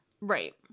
Right